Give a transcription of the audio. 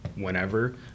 whenever